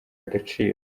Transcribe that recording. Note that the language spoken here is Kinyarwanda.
agaciro